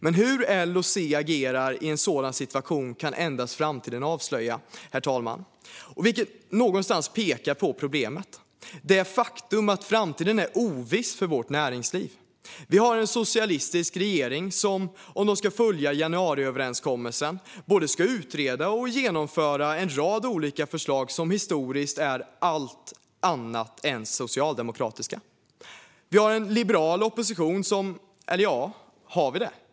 Men hur L och C agerar i en sådan situation kan endast framtiden avslöja, vilket någonstans pekar på problemet, det vill säga det faktum att framtiden är oviss för vårt näringsliv. Vi har en socialistisk regering som, om den ska följa januariöverenskommelsen, både ska utreda och genomföra en rad olika förslag som historiskt är allt annat än socialdemokratiska. Vi har en liberal opposition. Eller har vi det?